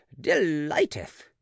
delighteth